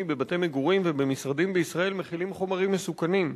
בבתי מגורים ובמשרדים בישראל מכילים חומרים מסוכנים.